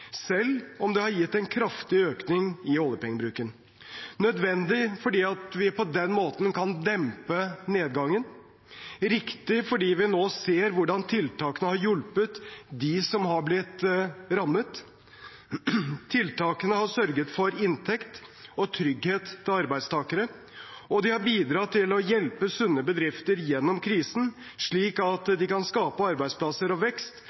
selv om det har gitt en kraftig økning i oljepengebruken – nødvendig fordi vi på den måten kan dempe nedgangen, riktig fordi vi nå ser hvordan tiltakene har hjulpet dem som har blitt rammet. Tiltakene har sørget for inntekt og trygghet til arbeidstakere, og de har bidratt til å hjelpe sunne bedrifter gjennom krisen, slik at de kan skape arbeidsplasser og vekst